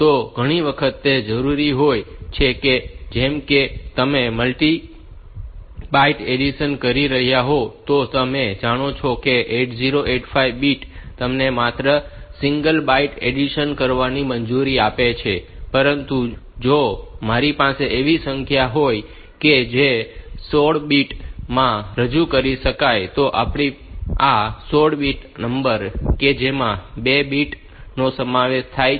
તો ઘણી વખત તે જરૂરી હોય છે કે જેમ કે જો તમે મલ્ટી બાઈટ એડિશન કરી રહ્યા હોવ તો તમે જાણો છો કે 8085 બીટ તમને માત્ર સિંગલ બાઈટ એડિશન કરવાની મંજૂરી આપે છે પરંતુ જો મારી પાસે એવી સંખ્યાઓ હોય કે જે 16 બિટ્સ માં રજૂ કરી શકાય તો આપણે આ 16 બીટ નંબર કે જેમાં બે 8 બિટ્સ નો સમાવેશ થાય છે